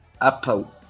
apple